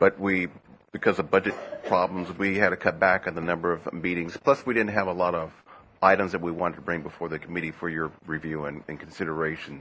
but we because of budget problems we had to cut back on the number of meetings plus we didn't have a lot of items that we wanted to bring before the committee for your review and consideration